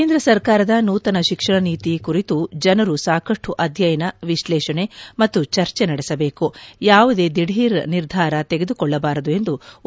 ಕೇಂದ್ರ ಸರ್ಕಾರದ ನೂತನ ಶಿಕ್ಷಣ ನೀತಿ ಕುರಿತು ಜನರು ಸಾಕಷ್ಟು ಅಧ್ಯಯನ ವಿಶ್ಲೇಷಣೆ ಮತ್ತು ಚರ್ಚೆ ನಡೆಸಬೇಕು ಯಾವುದೇ ದಿಧೀರ್ ನಿರ್ಧಾರ ತೆಗೆದುಕೊಳ್ಳಬಾರದು ಎಂದು ಉಪರಾಷ್ಟ್ರಪತಿ ಎಂ